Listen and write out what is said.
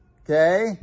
Okay